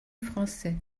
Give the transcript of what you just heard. français